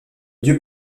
dieu